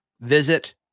visit